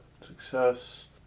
success